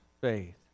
faith